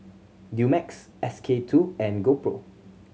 Dumex S K Two and GoPro